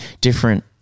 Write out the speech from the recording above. different